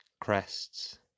crests